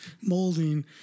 molding